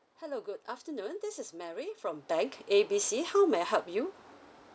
hello good afternoon this is mary from bank A B C how may I help you